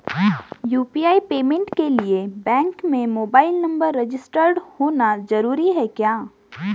UPI payment के लिए bank में मोबाइल नंबर रजिस्टर्ड होना जरूरी है क्या?